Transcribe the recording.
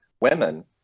women